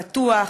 פתוח,